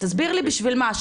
תסביר לי בשביל מה.